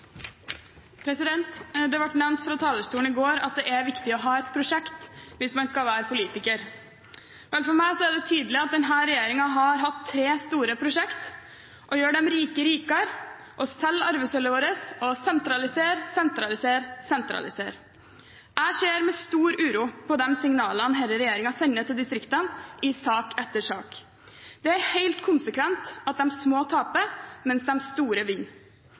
viktig å ha et prosjekt hvis man skal være politiker. Vel, for meg er det tydelig at denne regjeringen har hatt tre store prosjekter: å gjøre de rike rikere, å selge arvesølvet vårt og å sentralisere, sentralisere og sentralisere. Jeg ser med stor uro på de signalene denne regjeringen sender til distriktene i sak etter sak. Det er helt konsekvent at de små taper, mens de store